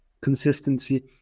consistency